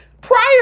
Prior